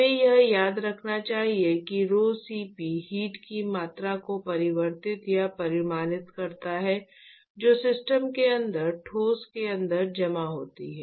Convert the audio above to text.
हमें यह याद रखना चाहिए कि rhoCp हीट की मात्रा को परावर्तित या परिमाणित करता है जो सिस्टम के अंदर ठोस के अंदर जमा होती है